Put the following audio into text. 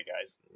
guys